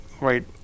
right